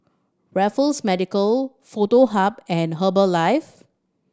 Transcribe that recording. Raffles Medical Foto Hub and Herbalife